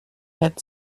had